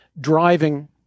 driving